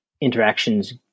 interactions